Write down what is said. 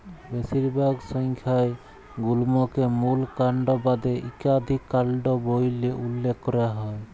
বেশিরভাগ সংখ্যায় গুল্মকে মূল কাল্ড বাদে ইকাধিক কাল্ড ব্যইলে উল্লেখ ক্যরা হ্যয়